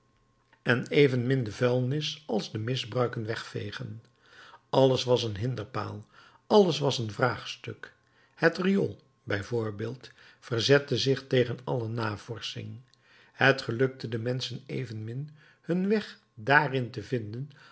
en evenmin de vuilnis als de misbruiken wegvegen alles was een hinderpaal alles was een vraagstuk het riool bij voorbeeld verzette zich tegen alle navorsching het gelukte den menschen evenmin hun weg daarin te vinden